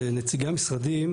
נציגי המשרדים,